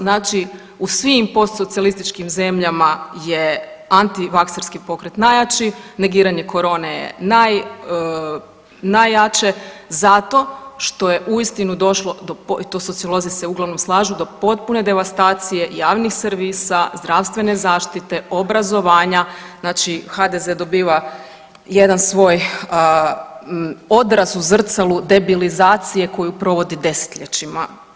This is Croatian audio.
Znači u svim postsocijalističkim zemljama je antivakserski pokret najjači, negiranje korone je naj, najjače zato što je uistinu došlo do i tu sociolozi se uglavnom slažu, do potpune devastacije javnih servisa, zdravstvene zaštite, obrazovanja, znači HDZ dobiva jedan svoj odraz u zrcalu debilizacije koju provodi desetljećima.